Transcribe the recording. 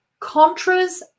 contras